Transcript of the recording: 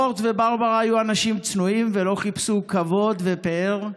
מורט וברברה היו אנשים צנועים ולא חיפשו כבוד ופאר.